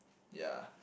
ya